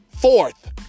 Fourth